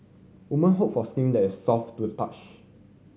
women hope for skin that is soft to the touch